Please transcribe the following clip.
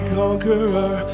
conqueror